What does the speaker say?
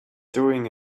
doing